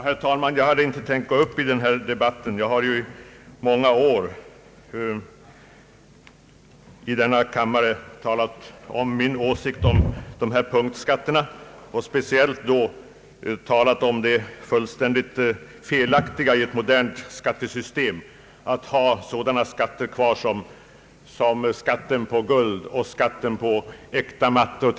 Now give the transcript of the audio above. Herr talman! Jag hade inte tänkt gå upp i denna debatt, eftersom jag många gånger tidigare här i kammaren framfört mina åsikter om punktskatterna. Jag har talat om hur fel det är att i ett modernt skattesystem ha kvar sådana företeelser som t.ex. skatten på guld och skatten på äkta mattor.